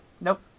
Nope